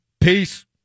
Peace